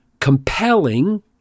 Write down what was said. compelling